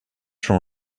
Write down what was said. from